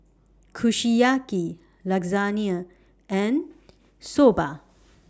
Kushiyaki Lasagne and Soba